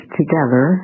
together